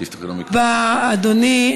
אדוני,